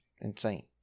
insane